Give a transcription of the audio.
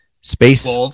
space